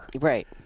Right